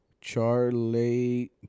Charlie